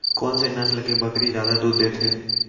कोन से नस्ल के बकरी जादा दूध देथे